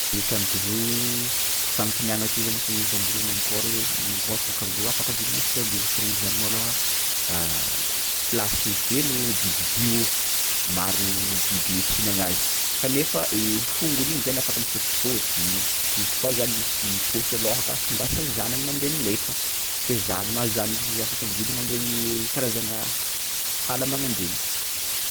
I kangoroa fanontaniàgna ty zany f- kangoroa mankôry mankôry f- kangoroa afaka mivelogno Aostralia Aostralia zany malôha plasy feno bibidia ô, maro biby mety hihinagna azy kanefa i fongony igny zany afaka misaotisaoty izy koa zany misy paosy alôha aka tongasany ny zanany mandeha milefa ke zany ma zany izy afaka mivelogno am'regny karazangna hala magnan-dregny.